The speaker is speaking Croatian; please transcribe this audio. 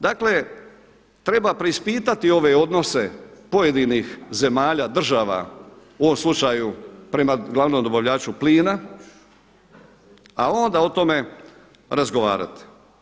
Dakle, treba preispitati ove odnose pojedinih zemalja, država u ovom slučaju prema glavnom dobavljaju plina, a onda o tome razgovarati.